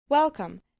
Welcome